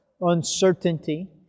uncertainty